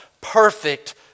perfect